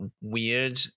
weird